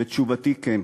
ותשובתי: כן,